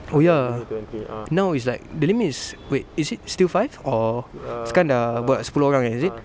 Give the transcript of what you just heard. oh ya now is like the limit is wait is it still five or sekarang sudah buat sepuluh orang is it